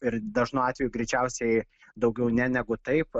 ir dažnu atveju greičiausiai daugiau ne negu taip